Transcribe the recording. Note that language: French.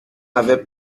avait